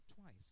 twice